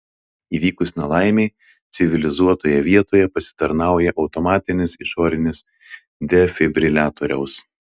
įvykus nelaimei civilizuotoje vietoje pasitarnauja automatinis išorinis defibriliatoriaus